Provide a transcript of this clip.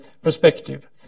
perspective